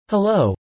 Hello